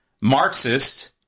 Marxist